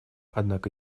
однако